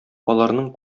аларның